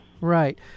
Right